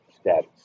status